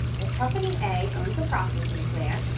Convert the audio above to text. if company a owns a processing plant,